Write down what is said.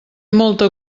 molta